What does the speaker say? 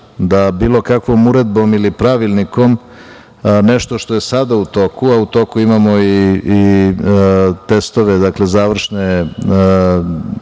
da bilo kakvom uredbom ili pravilnikom, nešto što je sada u toku, a u toku imamo i završne